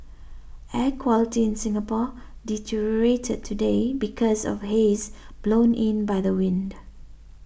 air quality in Singapore deteriorated today because of haze blown in by the wind